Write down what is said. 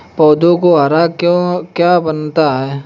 पौधों को हरा क्या बनाता है?